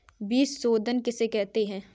बीज शोधन किसे कहते हैं?